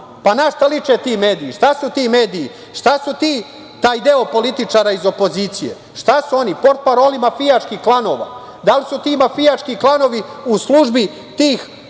Na šta liče ti mediji? Šta su ti mediji? Šta je taj deo političara iz opozicije? Šta su oni? Potparoli mafijaških klanova? Da li su ti mafijaški klanovi u službi tog